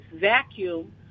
vacuum